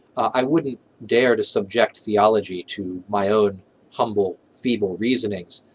i wouldn't dare to subject theology to my own humble feeble reasonings.